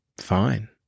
fine